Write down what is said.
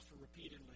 repeatedly